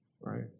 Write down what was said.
right